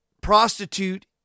prostitute